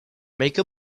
make